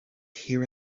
here